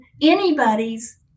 anybody's